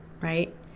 right